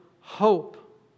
hope